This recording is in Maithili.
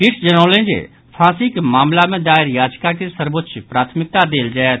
पीठ जनौलनि जे फांसीक मामिला मे दायर याचिका के सर्वोच्च प्राथमिकता देल जायत